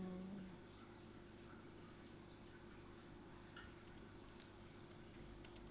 mm